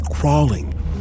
Crawling